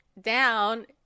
down